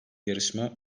yarışma